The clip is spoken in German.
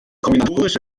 kombinatorische